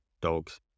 Dogs